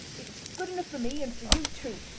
it's good enough for me and for you, too!